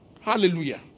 Hallelujah